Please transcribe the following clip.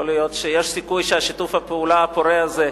יכול להיות שיש סיכוי ששיתוף הפעולה הפורה הזה,